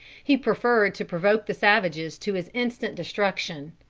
he preferred to provoke the savages to his instant destruction.